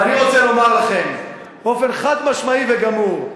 ואני רוצה לומר לכם באופן חד-משמעי וגמור: